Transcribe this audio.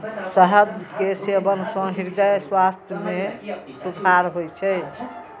शहद के सेवन सं हृदय स्वास्थ्य मे सुधार होइ छै